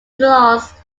loss